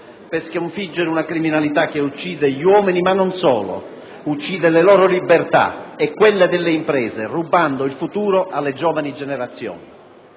per sconfiggere una criminalità che uccide gli uomini, ma non solo: uccide le loro libertà e quelle delle imprese, rubando il futuro alle giovani generazioni.